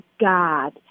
God